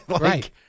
Right